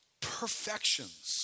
perfections